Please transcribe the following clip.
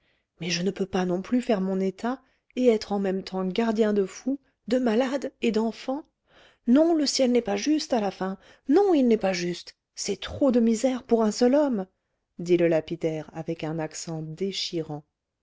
mais je ne peux pas non plus faire mon état et être en même temps gardien de fou de malade et d'enfants non le ciel n'est pas juste à la fin non il n'est pas juste c'est trop de misère pour un seul homme dit le lapidaire avec un accent déchirant